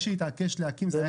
מי שהתעקש להקים היה כחלון.